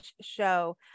show